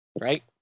right